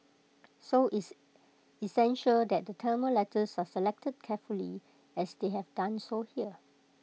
so it's it's essential that the Tamil letters are selected carefully as they have done so here